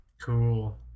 Cool